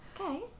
Okay